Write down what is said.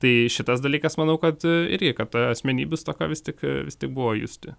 tai šitas dalykas manau kad irgi kad ta asmenybių stoka vis tik vis tik buvo justi